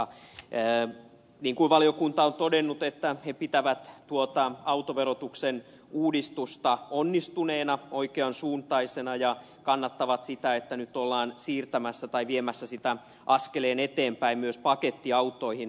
niin kuin valiokunta on todennut se pitää tuota autoverotuksen uudistusta onnistuneena ja oikean suuntaisena ja kannattaa sitä että nyt ollaan siirtämässä tai viemässä verotusta askeleen eteenpäin myös pakettiautoihin